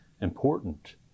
important